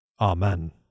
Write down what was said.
Amen